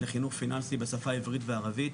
לחינוך פיננסי בשפה העברית והערבית,